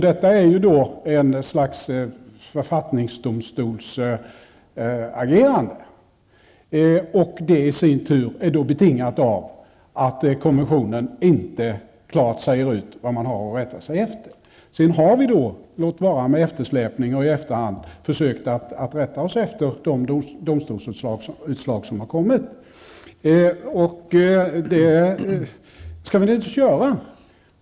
Detta är ett agerande av det slag som sker inför en författningsdomstol, och det i sin tur är betingat av att konventionen inte klart utsäger vad man har att rätta sig efter. Vi har, låt vara med eftersläpning och i efterhand, försökt att rätta oss efter de domstolsutslag som kommit. Det skall vi naturligtvis göra.